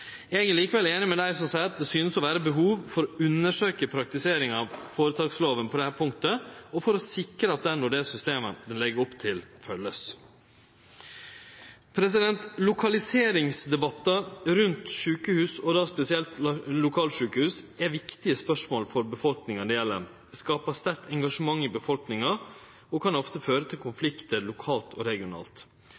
Eg er likevel einig med dei som seier at det synest å vere behov for å undersøkje praktiseringa av føretakslova på dette punktet, for å sikre at både ho og det systemet ein legg opp til, vert følgde. Lokaliseringsdebattar om sjukehus – og spesielt om lokalsjukehus – er viktige spørsmål for befolkninga det gjeld. Det skaper sterkt engasjement i befolkninga og kan ofte føre til